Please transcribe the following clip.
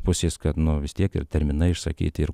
pusės kad nu vis tiek ir terminai išsakyti ir